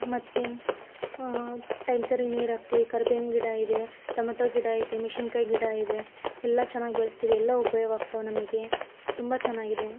ಮತ್ತು ಟೈಮ್ ಸರಿಯಾಗಿ ನೀರು ಹಾಕ್ತಿವಿ ಕರಿಬೇವಿನ ಗಿಡ ಇದೆ ಟೊಮೆಟೊ ಗಿಡ ಇದೆ ಮೆಣಸಿನ್ಕಾಯಿ ಗಿಡ ಇದೆ ಎಲ್ಲ ಚೆನ್ನಾಗ್ ಬೆಳೆಸ್ತೀವಿ ಎಲ್ಲ ಉಪಯೋಗ ಆಗ್ತಾವೆ ನಮಗೆ ತುಂಬ ಚೆನ್ನಾಗಿದೆ